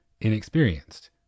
inexperienced